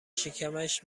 شکمش